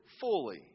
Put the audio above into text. fully